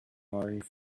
orange